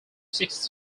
sixth